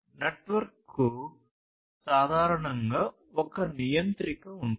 నెట్వర్క్కు సాధారణంగా ఒక నియంత్రిక ఉంటుంది